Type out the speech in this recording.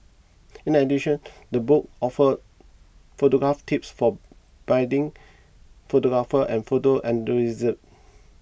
in addition the book offers photography tips for budding photographers and photo enthusiasts